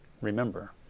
Remember